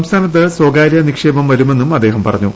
സംസ്ഥാനത്ത് സ്വകാര്യ നിക്ഷേപം വരുമെന്നും അദ്ദേഹം പറഞ്ഞു